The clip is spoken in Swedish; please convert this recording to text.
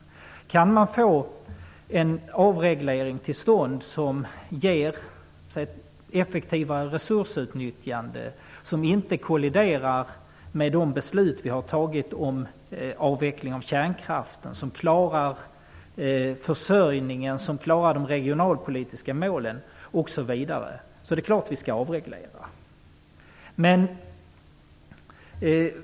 Om man kan få en avreglering till stånd som ger effektivare resursutnyttjande, som inte kolliderar med de beslut som vi har fattat om avveckling av kärnkraften, som klarar försörjningen, som klarar de regionalpolitiska målen osv., är det klart att vi skall avreglera.